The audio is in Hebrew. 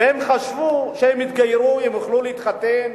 והם חשבו שהם יתגיירו ויוכלו להתחתן,